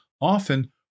Often